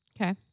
Okay